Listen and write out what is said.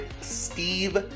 Steve